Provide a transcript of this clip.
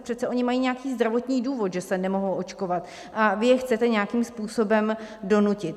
Oni přece mají nějaký zdravotní důvod, že se nemohou očkovat, a vy je chcete nějakým způsobem donutit.